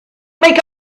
make